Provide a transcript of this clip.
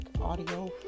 audio